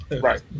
Right